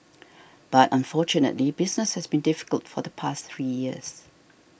but unfortunately business has been difficult for the past three years